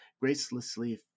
gracelessly